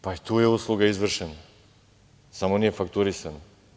Pa, i tu je usluga izvršena, samo nije fakturisana.